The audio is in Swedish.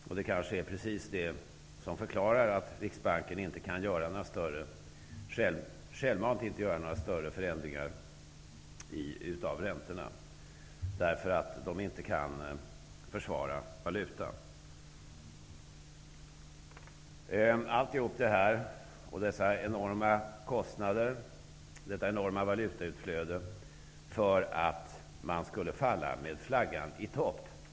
Det är kanske precis det som förklarar varför Riksbanken inte självmant kan företa några större förändringar när det gäller räntorna, dvs. därför att Riksbanken inte kan försvara valutan. Alla dessa enorma kostnader och allt detta enorma valutautflöde orsakades av att man ville falla med flaggan i topp.